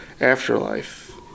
Afterlife